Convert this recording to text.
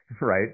right